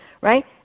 right